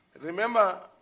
Remember